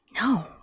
No